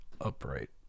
upright